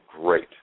great